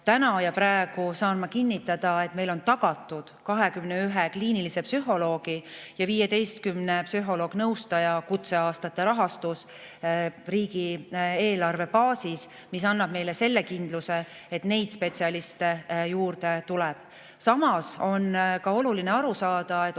Täna ja praegu saan ma kinnitada, et meil on tagatud 21 kliinilise psühholoogi ja 15 psühholoog-nõustaja kutseaastate rahastus riigieelarve baas[osas]. See annab meile kindluse, et neid spetsialiste tuleb juurde. Samas on oluline aru saada, et